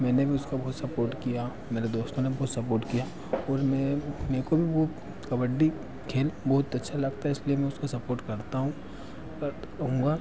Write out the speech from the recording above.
मैंने भी उसको बहुत सपोट किया मेरे दोस्तों ने बहुत सपोट किया और मैं मेरे को भी वह कबड्डी खेल बहुत अच्छा लगता है इसलिए मैं उसको सपोट करता हूँ रहूँगा